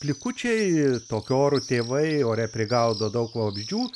likučiai tokiu oru tėvai ore prigaudo daug vabzdžių